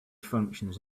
functions